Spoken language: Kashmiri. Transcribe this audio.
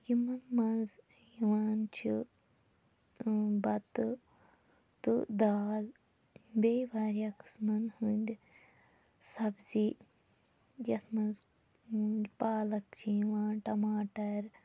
یِمَن منٛز یِوان چھِ بَتہٕ تہٕ دال بیٚیہِ واریاہ قٕسمَن ہٕنٛدۍ سَبزی یَتھ منٛز پالَک چھِ یِوان ٹماٹَر